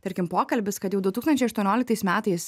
tarkim pokalbis kad jau du tūkstančiai aštuonioliktais metais